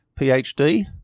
PhD